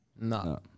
No